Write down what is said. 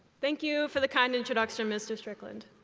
thank you for the kind introduction, mr. strickland.